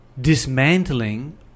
dismantling